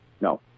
No